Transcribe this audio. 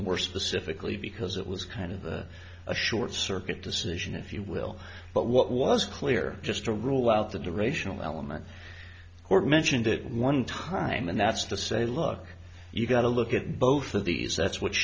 more specifically because it was kind of a short circuit decision if you will but what was clear just to rule out the durational element or to mention that one time and that's to say look you got to look at both of these that's wh